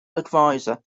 adviser